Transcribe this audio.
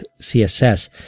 CSS